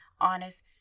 honest